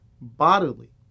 bodily